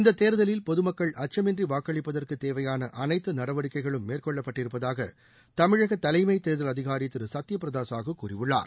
இந்த தேர்தலில் பொது மக்கள் அச்சமின்றி வாக்களிப்பதற்கு தேவையான அனைத்து நடவடிக்கைகளும் மேற்கொள்ளப்பட்டிருப்பதாக தமிழக தலைமை தேர்தல் அதிகாரி திரு சத்யபிரதா சாஹூ கூறியுள்ளார்